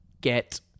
get